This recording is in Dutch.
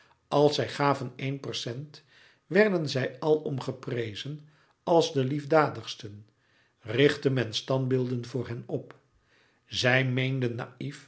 als zij gaven één percent werden zij alom geprezen als de liefdadigsten richtte men standbeelden voor hen op zij meenden naïf